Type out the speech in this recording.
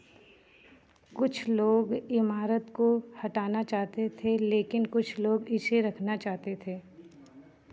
कुछ लोग इमारत को हटाना चाहते थे लेकिन कुछ लोग इसे रखना चाहते थे